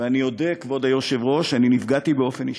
ואודה, כבוד היושב-ראש, שנפגעתי באופן אישי: